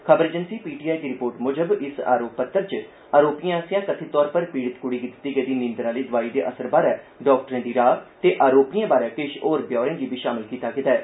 खबर agency PTI दी report मुजब इस आरोप पत्तर च अरोपिएं आसेआ कथित तौर पर पीड़ित कुड़ी गी दित्ती गेदी नींदर आह्ली दवाई दे असर बारै डाक्टरे दी राय ते आरोपिए बारै किष होर ब्यौरें गी बी षामिल कीता गेदा ऐ